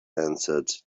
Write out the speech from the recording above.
answered